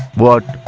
what?